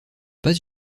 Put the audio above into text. pas